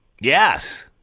Yes